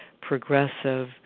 progressive